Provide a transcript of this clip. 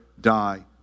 die